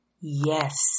Yes